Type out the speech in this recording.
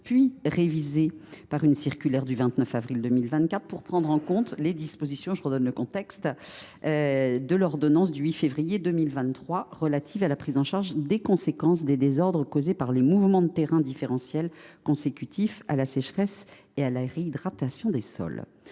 puis révisées par une circulaire du 29 avril 2024 pour prendre en compte les dispositions de l’ordonnance du 8 février 2023 relative à la prise en charge des conséquences des désordres causés par les mouvements de terrain différentiels consécutifs à la sécheresse et à la réhydratation des sols.